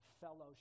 fellowship